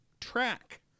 track